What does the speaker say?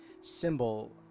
symbol